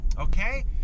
okay